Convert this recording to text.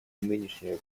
нынешнего